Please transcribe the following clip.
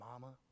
mama